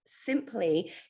simply